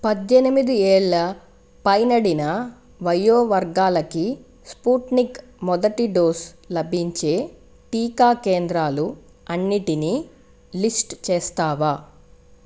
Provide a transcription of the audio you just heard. పద్దెనిమిది ఏళ్ళ పైబడిన వయో వర్గాలకి స్పుత్నిక్ మొదటి డోస్ లభించే టికా కేంద్రాలు అన్నిటినీ లిస్ట్ చేస్తావా